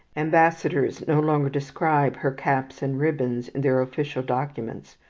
ambassadors no longer describe her caps and ribbons in their official documents.